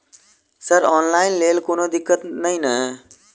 Sir online लैल कोनो दिक्कत न ई नै?